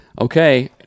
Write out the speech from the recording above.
okay